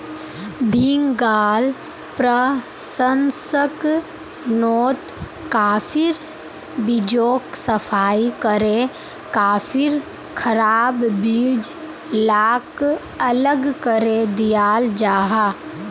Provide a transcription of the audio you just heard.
भीन्गाल प्रशंस्कर्नोत काफिर बीजोक सफाई करे काफिर खराब बीज लाक अलग करे दियाल जाहा